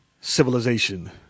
civilization